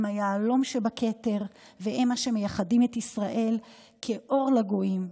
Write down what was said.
הם היהלום שבכתר והם שמייחדים את ישראל כאור לגויים.